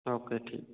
okay ठीक